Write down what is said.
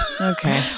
okay